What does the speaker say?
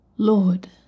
Lord